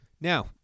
Now